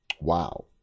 Wow